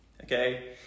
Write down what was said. okay